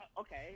okay